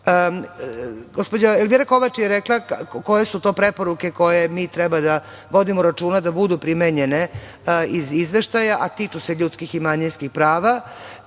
način. Gospođa Elvira Kovač je rekla koje su to preporuke koje mi treba da vodimo računa da budu primenjene iz izveštaja a tiču se ljudskih i manjinskih prava